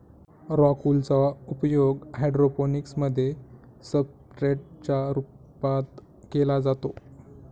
rock wool चा उपयोग hydroponics मध्ये सब्सट्रेट च्या रूपात केला जातो